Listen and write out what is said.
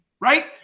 right